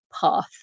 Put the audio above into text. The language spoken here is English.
path